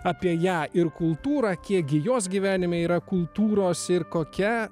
apie ją ir kultūrą kiek gi jos gyvenime yra kultūros ir kokia